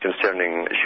concerning